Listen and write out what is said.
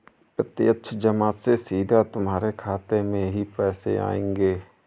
प्रत्यक्ष जमा से सीधा तुम्हारे खाते में ही पैसे आएंगे